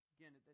Again